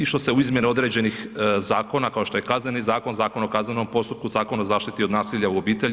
Išlo se u izmjene određenih zakona kao što je Kazneni zakon, Zakon o kaznenom postupku, Zakon o zaštiti od nasilja u obitelji.